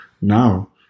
now